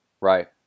Right